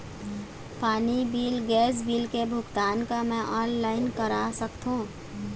पानी bill gas bill के भुगतान का मैं ऑनलाइन करा सकथों?